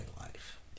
life